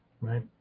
right